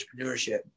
entrepreneurship